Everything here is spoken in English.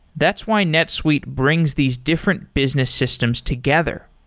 that's why netsuite brings these different business systems together.